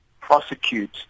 prosecute